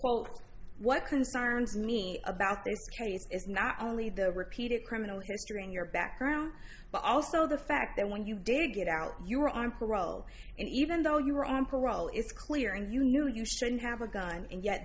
well what concerns me about this case is not only the repeated criminal history in your background but also the fact that when you did get out you were on parole and even though you were on parole it's clear and you knew you shouldn't have a gun and yet